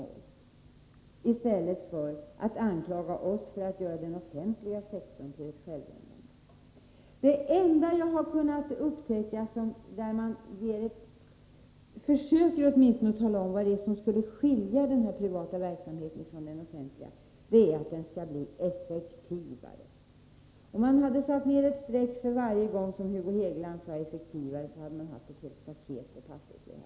Det borde man fråga sig i stället för att anklaga oss för att göra den offentliga sektorn till ett självändamål. Den enda skillnaden mellan privat och offentlig verksamhet på det här området som man åtminstone försökt ange är att den privata skulle bli effektivare. Om man hade dragit ett streck för varje gång som Hugo Hegeland sade ”effektivare” , så hade man haft ett helt staket på papperet vid det här laget.